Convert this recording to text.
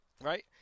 right